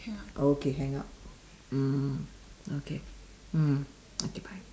oh okay hang up mm okay mm okay bye